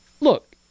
look